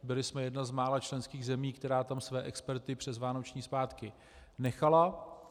Byli jsme jedna z mála členských zemí, která tam své experty přes vánoční svátky nechala.